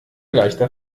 leichter